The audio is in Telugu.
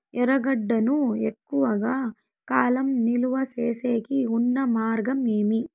ఎర్రగడ్డ ను ఎక్కువగా కాలం నిలువ సేసేకి ఉన్న మార్గం ఏమి?